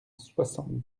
soixante